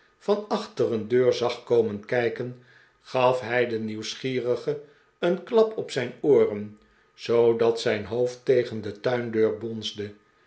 van achter een deur zag komen kijken gaf hij den nieuwsgierige een klap om zijn ooren zoodat zijn hoofd tegen de tuindeur bonsde